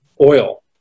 oil